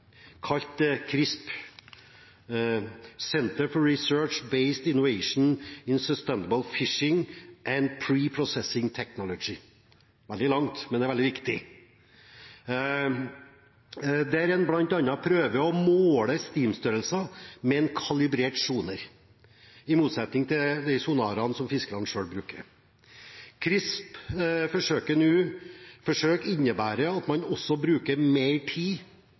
kalt CRISP – Centre for Research-based Innovation in Sustainable fish capture and Processing technology, veldig langt, men det er veldig viktig. Der prøver en bl.a. å måle stimstørrelser med en kalibrert sonar, i motsetning til de sonarene som fiskerne selv bruker. CRISP-forsøket innebærer at man også bruker mer tid